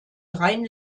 rein